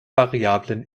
variablen